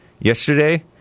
yesterday